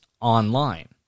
online